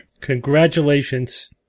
congratulations